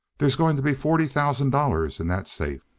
they's going to be forty thousand dollars in that safe!